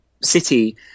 City